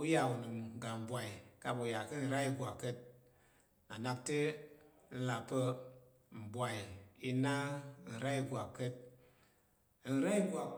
uya unəm ga mbwai ka̱ ɓu ya ka̱ nra igwak ka̱t na nak te nlà pa̱ wa pa̱ mbwai i na nra ìgwak ka̱t te nra ìgwak.